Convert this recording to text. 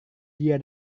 dia